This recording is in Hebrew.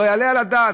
לא יעלה על הדעת,